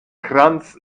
kranz